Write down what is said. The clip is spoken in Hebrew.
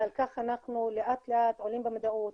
אבל ככה אנחנו לאט לאט עולים במודעות.